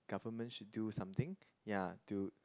government should do something ya to